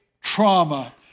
trauma